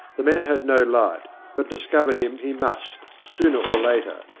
the man had no light, but discover him he must, sooner or later,